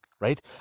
right